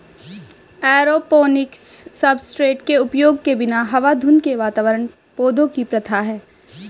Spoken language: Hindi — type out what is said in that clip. एरोपोनिक्स सब्सट्रेट के उपयोग के बिना हवा धुंध के वातावरण पौधों की प्रथा है